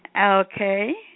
Okay